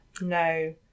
no